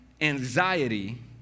anxiety